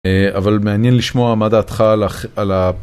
אבל מעניין לשמוע מה דעתך על ה...